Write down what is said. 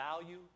value